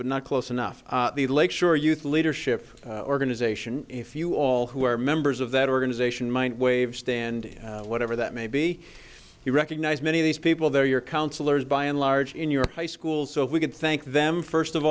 but not close enough the lake shore youth leadership organization if you all who are members of that organization might wave stand whatever that may be you recognize many of these people they're your counselors by and large in your high schools so we can thank them first of